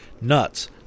Nuts